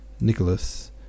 Nicholas